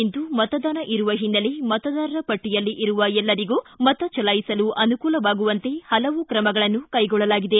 ಇಂದು ಮತದಾನ ಇರುವ ಹಿನ್ನೆಲೆ ಮತದಾರ ಪಟ್ಟಿಯಲ್ಲಿ ಇರುವ ಎಲ್ಲರಿಗೂ ಮತ ಚಲಾಯಿಸಲು ಅನುಕೂಲವಾಗುವಂತೆ ಪಲವು ಕ್ರಮಗಳನ್ನು ಕೈಗೊಳ್ಳಲಾಗಿದೆ